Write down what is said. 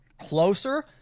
closer